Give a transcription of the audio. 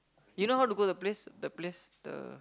you know how to go to the place the place the